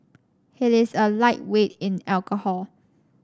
he is a lightweight in alcohol